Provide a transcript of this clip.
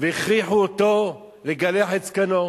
והכריחו אותו לגלח את זקנו,